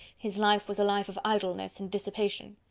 his life was a life of idleness and dissipation.